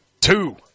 two